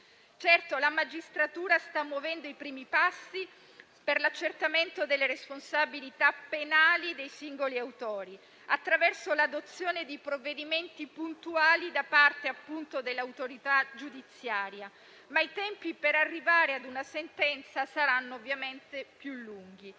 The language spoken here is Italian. Certo, la magistratura sta muovendo i primi passi per l'accertamento delle responsabilità penali dei singoli autori, attraverso l'adozione di provvedimenti puntuali, ma i tempi per arrivare a una sentenza saranno ovviamente più lunghi.